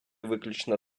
виключно